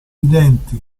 denti